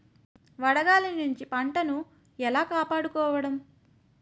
వడగాలి నుండి పంటను ఏలా కాపాడుకోవడం?